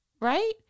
right